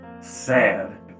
sad